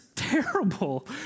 terrible